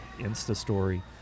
InstaStory